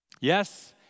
Yes